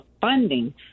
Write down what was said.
funding